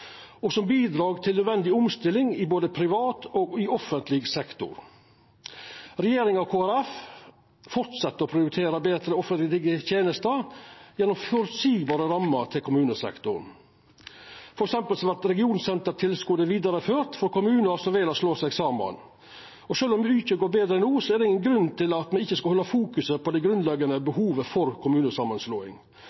og som bidrag til nødvendig omstilling i både privat og offentleg sektor. Regjeringa og Kristeleg Folkeparti fortset å prioritera betre offentlege tenester gjennom føreseielege rammer for kommunesektoren. For eksempel vert regionsentertilskotet vidareført for kommunar som vel å slå seg saman. Sjølv om mykje går betre no, er det ingen grunn til at me ikkje skal fokusera på det